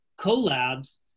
collabs